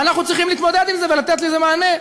ואנחנו צריכים להתמודד עם זה ולתת לזה מענה.